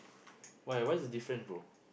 why what's the difference bro